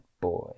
boy